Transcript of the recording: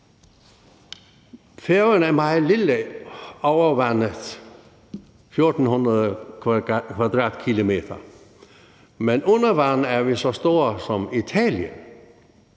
Færøerne er meget lille over vandet – 1.400 km2 – men under vandet er vi så store som Italien,